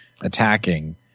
attacking